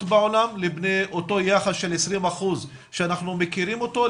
בעולם בין אותו יחס של 20% שאנחנו מכירים אותו,